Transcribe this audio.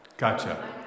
Gotcha